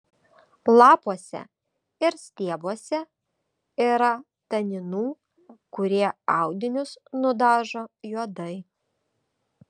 lapuose ir stiebuose yra taninų kurie audinius nudažo juodai